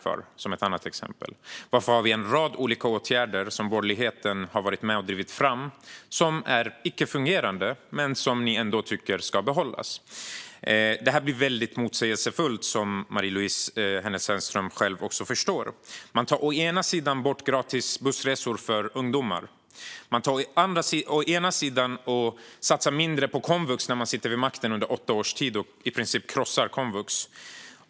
Varför finns det en rad olika icke-fungerande åtgärder som borgerligheten har varit med om att driva fram, men som ni ändå vill behålla? Det här blir motsägelsefullt, som Marie-Louise Hänel Sandström själv också säkert förstår. Å ena sidan tar man bort gratis bussresor för ungdomar. När man sitter vid makten under åtta års tid satsar man mindre på komvux och i princip krossar komvux.